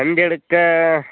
வண்டி எடுக்க